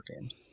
games